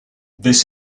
this